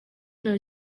nta